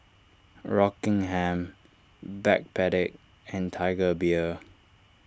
Rockingham Backpedic and Tiger Beer